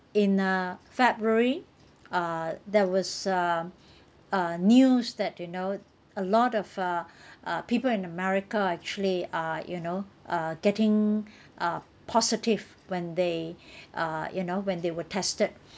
in uh february uh there was uh uh news that you know a lot of uh uh people in america actually uh you know uh getting uh positive when they uh you know when they were tested